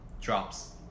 drops